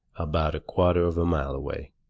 about a quarter of a mile away.